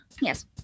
Yes